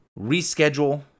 reschedule